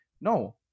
No